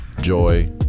joy